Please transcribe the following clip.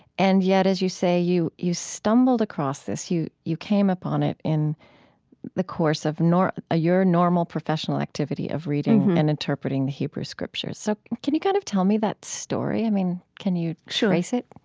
and yet, as you say, you you stumbled across this. you you came up on it in the course of ah your normal professional activity of reading and interpreting the hebrew scriptures. so can you kind of tell me that story? i mean, can you trace it?